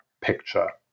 picture